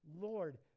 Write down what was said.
Lord